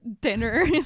dinner